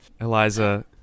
Eliza